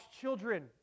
children